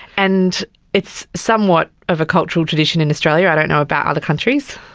and it's somewhat of a cultural tradition in australia, i don't know about other countries.